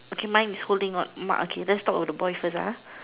okay mine is holding on ma okay let's talk about the boy first ah